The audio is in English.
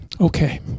okay